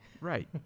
Right